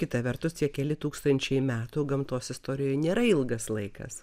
kita vertus tie keli tūkstančiai metų gamtos istorijoj nėra ilgas laikas